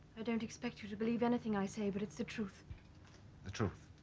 i don't expect you to believe anything i say but it's the truth the truth